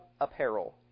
apparel